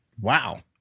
Wow